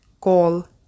call